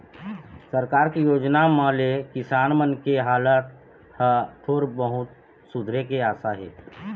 सरकार के योजना मन ले किसान मन के हालात ह थोर बहुत सुधरे के आसा हे